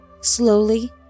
slowly